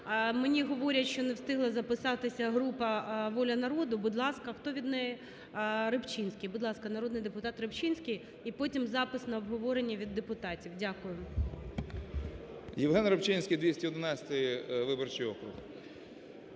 Мені говорять, що не встигли записатися група "Воля народу". Будь ласка, хто від неї? Рибчинський, будь ласка, народний депутат Рибчинський. І потім запис на обговорення від депутатів. Дякую. 13:27:10 РИБЧИНСЬКИЙ Є.Ю. Євген Рибчинський, 211-й виборчій округ.